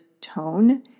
tone